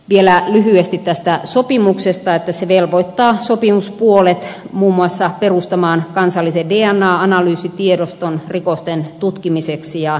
vielä lyhyesti tästä sopimuksesta että se velvoittaa sopimuspuolet muun muassa perustamaan kansallisen dna analyysitiedoston rikosten tutkimiseksi ja ylläpitämään sitä